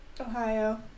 ohio